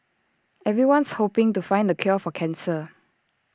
everyone's hoping to find the cure for cancer